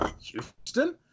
Houston